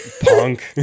punk